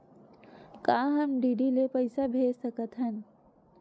का हम डी.डी ले पईसा भेज सकत हन?